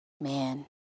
man